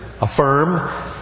affirm